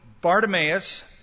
Bartimaeus